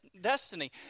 destiny